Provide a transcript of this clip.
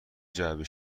جعبه